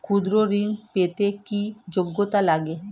ক্ষুদ্র ঋণ পেতে কি যোগ্যতা লাগে?